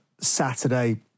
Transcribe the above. Saturday